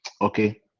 Okay